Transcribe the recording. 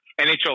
NHL